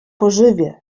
pożywię